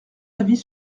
avis